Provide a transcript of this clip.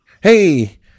hey